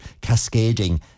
cascading